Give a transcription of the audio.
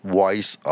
voice